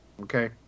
Okay